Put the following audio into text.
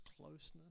closeness